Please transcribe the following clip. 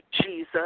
Jesus